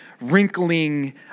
wrinkling